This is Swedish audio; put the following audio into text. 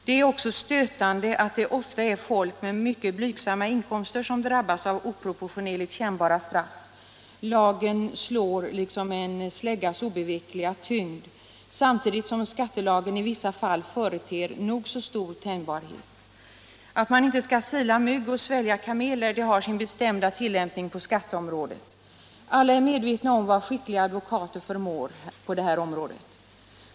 Det är också stötande att det ofta är folk med mycket blygsamma inkomster som drabbas av oproportionerligt kännbara straff. Lagen slår liksom med en släggas obevekliga tyngd, samtidigt som skattelagen i vissa fall företer nog så stor tänjbarhet. Att man inte skall sila mygg och svälja kameler har sin bestämda tillämpning på skatteområdet. Alla är medvetna om vad skickliga advokater förmår på det här området.